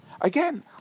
Again